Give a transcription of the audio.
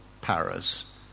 Paris